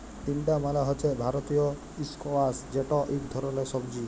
তিলডা মালে হছে ভারতীয় ইস্কয়াশ যেট ইক ধরলের সবজি